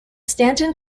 stanton